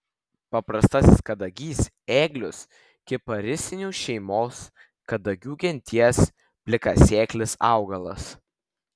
paprastasis kadagys ėglius kiparisinių šeimos kadagių genties plikasėklis augalas